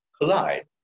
Collide